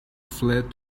fled